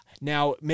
Now